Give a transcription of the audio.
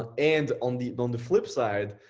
ah and on the on the flip side,